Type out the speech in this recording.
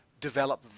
develop